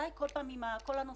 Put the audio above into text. די כל פעם עם כל הנושא.